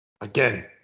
Again